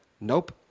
Nope